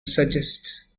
suggests